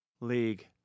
League